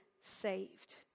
saved